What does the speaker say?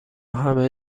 همه